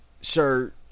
shirt